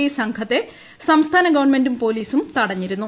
I സംഘത്തെ പ്സർസ്ഥാന ഗവൺമെന്റും പോലീസും തടഞ്ഞിരുന്നു